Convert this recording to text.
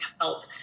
help